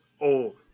old